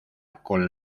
con